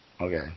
okay